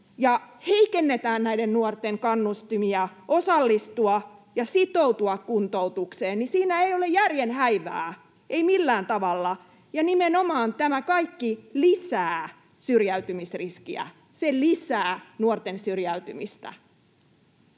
heikennetään näiden nuorten kannustimia osallistua ja sitoutua kuntoutukseen, ei ole järjen häivää, ei millään tavalla, ja nimenomaan tämä kaikki lisää syrjäytymisriskiä, se lisää nuorten syrjäytymistä.